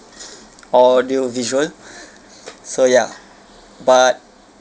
audio visual so ya but